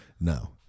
no